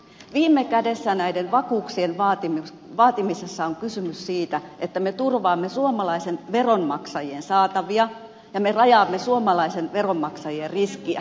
viime kädessä näiden vakuuksien vaatimisessa on kysymys siitä että me turvaamme suomalaisen veronmaksajien saatavia ja me rajaamme suomalaisen veronmaksajien riskiä